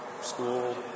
school